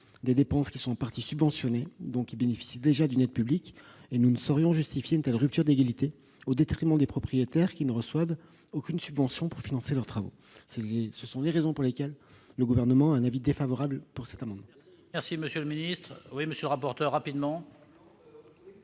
des dépenses qui sont en partie subventionnées, et qui bénéficient donc déjà d'une aide publique. Nous ne saurions justifier une telle rupture d'égalité, au détriment des propriétaires qui ne reçoivent aucune subvention pour financer leurs travaux. Telles sont les raisons pour lesquelles le Gouvernement émet un avis défavorable sur cet amendement. La parole est à M. le rapporteur général.